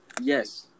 yes